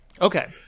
Okay